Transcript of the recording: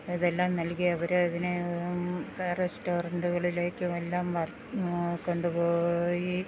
ഇതെല്ലാം നൽകി അവര് അതിനെ റെസ്റ്റോറന്റുകളിലേക്കും എല്ലാം കൊണ്ടുപോയി